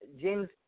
James